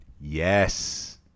Yes